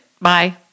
Bye